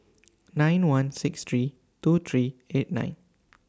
nine one six three two three eight nine